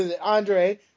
Andre